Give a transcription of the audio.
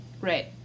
Right